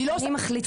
אני מחליטה.